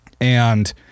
And-